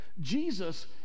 jesus